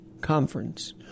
Conference